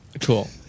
Cool